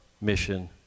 mission